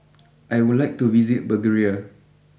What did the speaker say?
I would like to visit Bulgaria